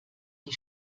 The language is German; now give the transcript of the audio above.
die